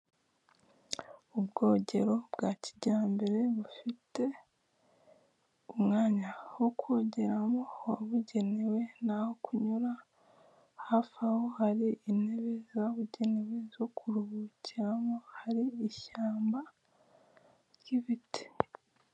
Ubwogero bwa kijyambere bufite umwanya wo kogeramo wabugenewe naho kunyura. Hafi aho har'intebe zabugenewe zo kuruhukiramo, hari ishyamba ry'ibiti.